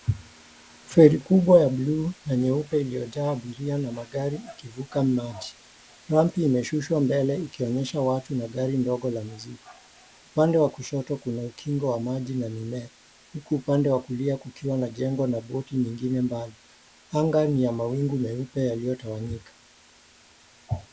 Ferry kubwa ya buluu na nyeupe iliyojaa abiria na magari ikivuka maji. Rump imeshushwa mbele ikionyesha watu na gari ndogo la mizigo. Upande wa kushoto kuna ukingo wa maji na mimea huku upande wa kulia kukiwa na jengo na boti nyingine mbali. Anga ni ya mawingu meupe yaliyotawanyika.